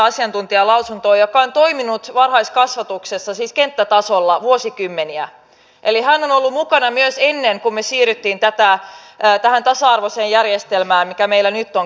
hän on toiminut varhaiskasvatuksessa kenttätasolla vuosikymmeniä eli hän on ollut mukana myös ennen kuin me siirryimme tähän tasa arvoiseen järjestelmään mikä meillä nyt on käytössä